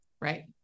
right